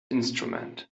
instrument